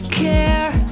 care